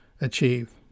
achieve